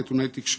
נתוני תקשורת?